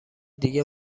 دیگه